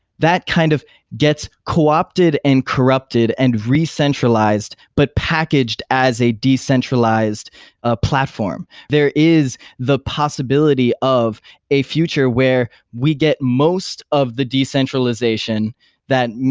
that kind of gets co-opted and corrupted and re-centralized, but packaged as a decentralized ah platform. there is the possibility of a future where we get most of the decentralization that,